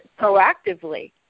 proactively